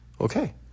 okay